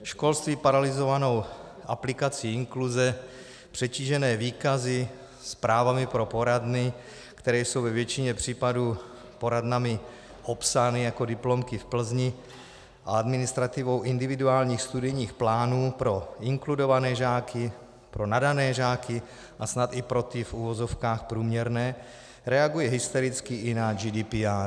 Školství, paralyzované aplikací inkluze, přetížené výkazy, zprávami pro poradny, které jsou ve většině případů poradnami opsány jako diplomky v Plzni, a administrativou individuálních studijních plánů pro inkludované žáky, pro nadané žáky a snad i pro ty v uvozovkách průměrné, reaguje hystericky i na GDPR.